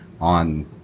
on